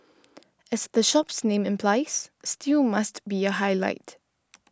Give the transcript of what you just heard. as the shop's name implies stew must be a highlight